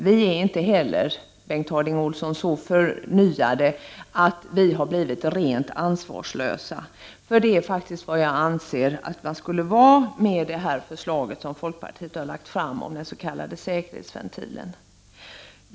Vi är inte heller, Bengt Harding Olson, så förnyade att vi har blivit helt ansvarslösa. Det är faktiskt vad man skulle vara om man genomförde det förslag som folkpartiet har lagt fram om den s.k. säkerhetsventilen.